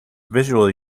visually